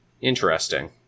interesting